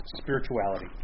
spirituality